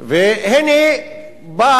והנה באה